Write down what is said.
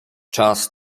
czas